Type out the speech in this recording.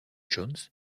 jones